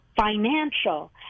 financial